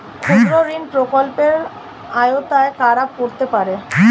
ক্ষুদ্রঋণ প্রকল্পের আওতায় কারা পড়তে পারে?